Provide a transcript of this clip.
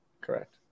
Correct